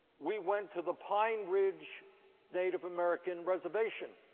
we went to the pine ridge native american reservation.